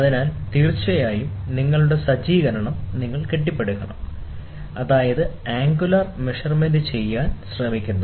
അതിനാൽ തീർച്ചയായും നിങ്ങളുടെ സജ്ജീകരണം നിങ്ങൾ കെട്ടിപ്പടുക്കണം അതായത് ആംഗുലാർ മെഷർമെൻറ് ചെയ്യാൻ ശ്രമിക്കുന്നു